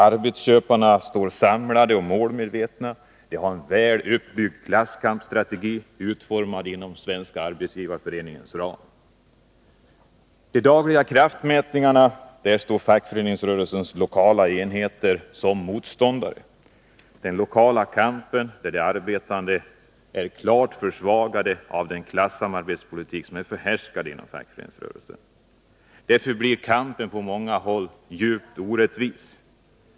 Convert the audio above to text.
Arbetsköparna står samlade och målmedvetna. De har en väl uppbyggd klasskampsstrategi, utformad inom Svenska arbetsgivareföreningens ram. I de dagliga kraftmätningarna står fackföreningsrörelsens lokala enheter som motståndare. I den lokala kampen är de arbetande klart försvagade av den klassamarbetspolitik som är förhärskande inom fackföreningsrörelsen. Därför blir kampen på många håll djupt orättvis.